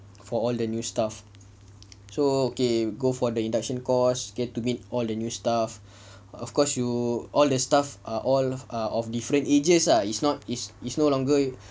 for all the new stuff so okay go for the induction course get to meet all the new staff of course you all the staff are all are of different ages ah it's not it's it's no longer